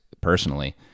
personally